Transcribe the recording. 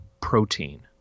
protein